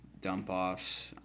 dump-offs